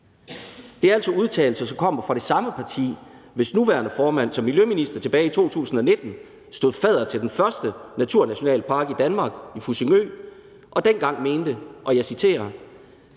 Det er altså udtalelser, som kommer fra det samme parti, hvis nuværende formand som miljøminister tilbage i 2019 stod fadder til den første naturnationalpark i Danmark i Fussingø og dengang mente, og jeg citerer: